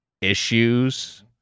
issues